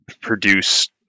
produce